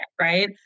right